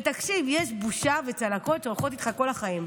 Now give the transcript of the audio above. ותקשיב, יש בושה וצלקות שהולכות איתך כל החיים.